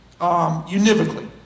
univocally